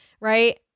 Right